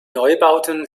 neubauten